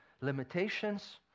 limitations